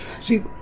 See